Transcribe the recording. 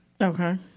Okay